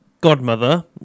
godmother